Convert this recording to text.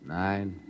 nine